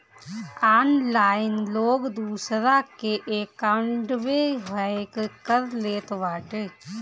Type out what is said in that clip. online लोग दूसरा के अकाउंटवे हैक कर लेत बाटे